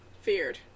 Feared